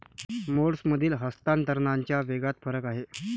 मोड्समधील हस्तांतरणाच्या वेगात फरक आहे